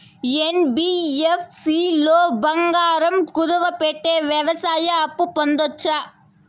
NBFC లో బంగారం కుదువు పెట్టి వ్యవసాయ అప్పు పొందొచ్చా?